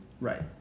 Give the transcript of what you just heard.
Right